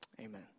Amen